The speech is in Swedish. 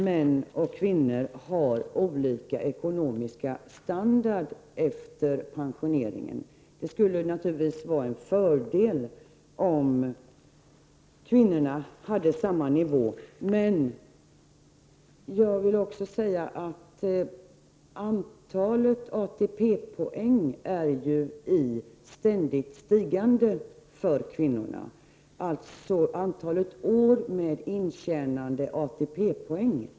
Män och kvinnor har olika ekonomisk standard efter pensioneringen. Det skulle naturligtvis vara en fördel om kvinnorna hade samma nivå. Jag vill också säga att antalet ATP-poäng är i ständigt stigande för kvinnorna, alltså antalet år med intjänade ATP-poäng.